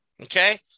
Okay